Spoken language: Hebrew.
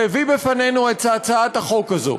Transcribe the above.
שהביא בפנינו את הצעת החוק הזו.